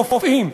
רופאים,